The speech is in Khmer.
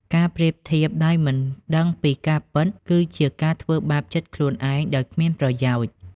ការប្រៀបធៀបដោយមិនដឹងពីការពិត គឺជាការធ្វើបាបចិត្តខ្លួនឯងដោយគ្មានប្រយោជន៍។